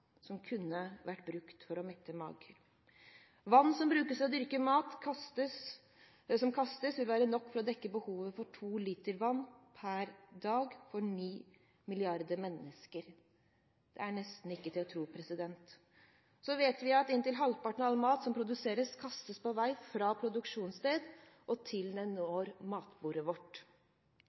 som kunne vært brukt for å mette mager. Vann som brukes til å dyrke mat som kastes, ville være nok til å dekke behovet for to liter vann per dag for ni mrd. mennesker. Det er nesten ikke til å tro. Vi vet at inntil halvparten av all mat som produseres, kastes på vei fra produksjonsstedet til matbordet vårt. Landbruksjord som tilsvarer en fjerdedel av Norges landareal, brukes årlig til